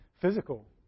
physical